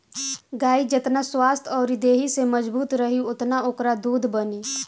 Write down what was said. गाई जेतना स्वस्थ्य अउरी देहि से मजबूत रही ओतने ओकरा दूध बनी